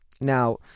Now